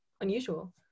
unusual